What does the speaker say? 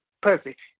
perfect